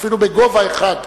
ואפילו בגובה אחד,